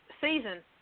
season